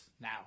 now